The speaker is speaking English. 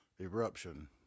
eruption